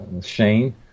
Shane